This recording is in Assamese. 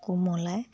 কোমলাই